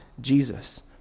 Jesus